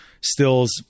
stills